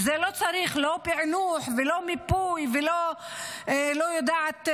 ולא צריך לא פענוח, לא מיפוי ולא יודעת,